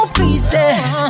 pieces